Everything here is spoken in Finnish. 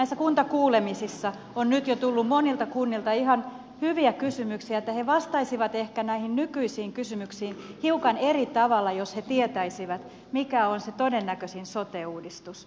näissä kuntakuulemisissa on nyt jo tullut monilta kunnilta ihan hyviä kysymyksiä että he vastaisivat ehkä näihin nykyisiin kysymyksiin hiukan eri tavalla jos he tietäisivät mikä on se todennäköisin sote uudistus